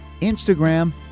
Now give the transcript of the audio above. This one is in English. Instagram